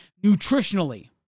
nutritionally